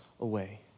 away